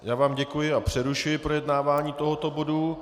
Já vám děkuji a přerušuji projednávání tohoto bodu.